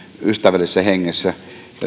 ystävällisessä hengessä